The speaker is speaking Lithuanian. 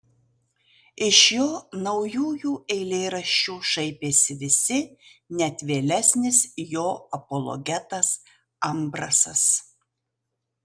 iš jo naujųjų eilėraščių šaipėsi visi net vėlesnis jo apologetas ambrasas